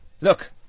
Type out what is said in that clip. Look